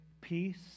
peace